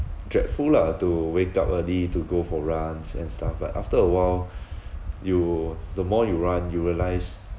dreadful lah to wake up early to go for runs and stuff but after a while you the more you run you realise